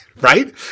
Right